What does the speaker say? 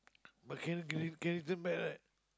mechanical Mechanism bad right